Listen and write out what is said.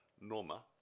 Norma